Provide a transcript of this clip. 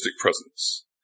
presence